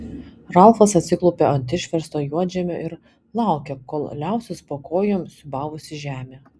ralfas atsiklaupė ant išversto juodžemio ir laukė kol liausis po kojom siūbavusi žemė